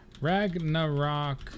Ragnarok